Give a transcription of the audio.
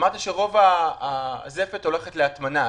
אמרת שרוב הזפת הולך להטמנה.